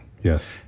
Yes